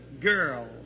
girl